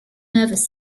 nervous